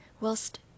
whilst